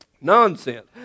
Nonsense